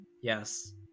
Yes